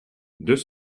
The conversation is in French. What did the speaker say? deux